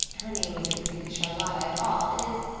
her name isn't really charlotta at all. it is.